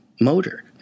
motor